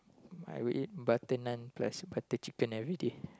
I would eat butter naan press butter chicken everyday